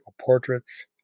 portraits